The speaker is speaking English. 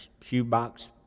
shoebox